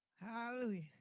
Hallelujah